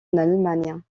allemagne